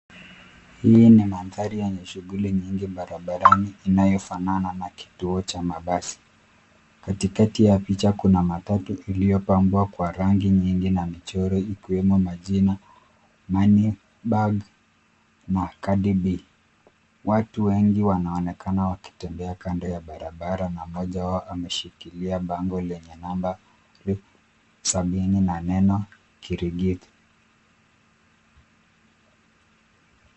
Hii ni mandhari yenye shughuli nyingi barabarani inayofanana na kituo cha mabasi. Katikati ya picha kuna matatu iliyopambwa kwa rangi nyingi na michoro, ikiwemo majina Money Bag na Cardi B . Watu wengi wanaonekana wakitembea kando ya barabara na moja wao ameshikilia bango lenye namba sabini na neno Kirigiti.